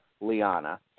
Liana